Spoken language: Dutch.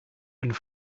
een